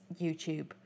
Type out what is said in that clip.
YouTube